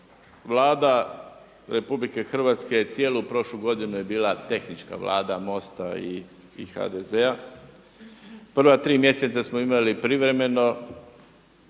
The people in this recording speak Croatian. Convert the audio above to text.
Vlada RH cijelu prošlu godinu je bila tehnička Vlada MOST-a i HDZ-a. Prva tri mjeseca smo imali privremeno